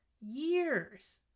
years